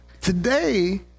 today